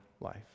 life